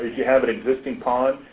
you have an existing pond,